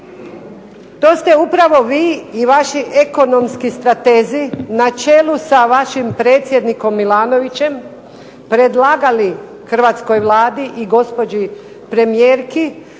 to ste upravo vi i vaši ekonomski stratezi na čelu sa vašim predsjednikom Milanovićem predlagali hrvatskoj Vladi i gospođi premijerki